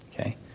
okay